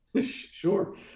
Sure